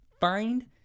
Find